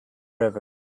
river